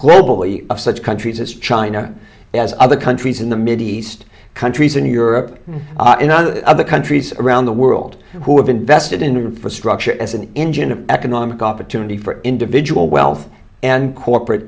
globally of such countries as china as other countries in the mideast countries in europe other countries around the world who have invested in infrastructure as an engine of economic opportunity for individual wealth and corporate